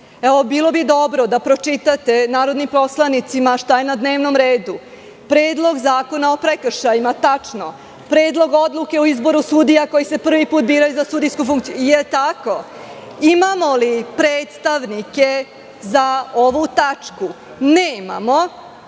Bilo bi dobro da pročitate narodnim poslanicima šta je na dnevnom redu - Predlog zakona o prekršajima. Tačno. Predlog odluke o izboru sudija koji se prvi put biraju za sudijsku funkciju. Je li tako? Imamo li predstavnike za ovu tačku? Nemamo.